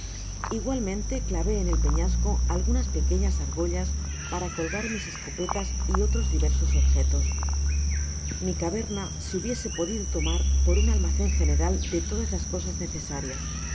igualmente clavó en el peñasco algunas pequeñas argollas para colgar mis escopetas y otros diversos objetos mi caverna se hubiera podido tomar por un almacen general de todas las cosas ne